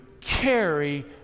carry